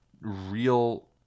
real